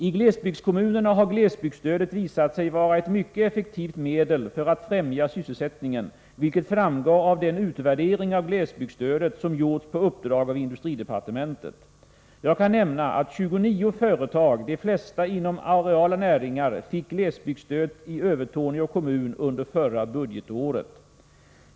I glesbygdskommunerna har glesbygdsstödet visat sig vara ett mycket effektivt medel för att främja sysselsättningen, vilket framgår av den utvärdering av glesbygdsstödet som gjorts på uppdrag av industridepartementet. Jag kan nämna att 29 företag, de flesta inom areella näringar, fick glesbygdsstöd i Övertorneå kommun under förra budgetåret.